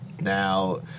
Now